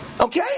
okay